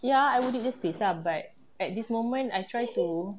ya I will need the space ah but at this moment I try to